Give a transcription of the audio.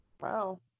Wow